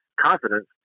confidence